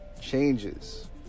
changes